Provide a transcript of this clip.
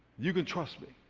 you can trust me.